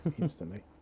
instantly